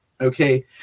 Okay